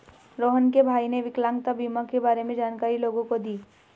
रोहण के भाई ने विकलांगता बीमा के बारे में जानकारी लोगों को दी